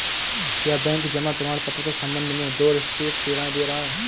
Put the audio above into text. क्या बैंक जमा प्रमाण पत्र के संबंध में डोरस्टेप सेवाएं दे रहा है?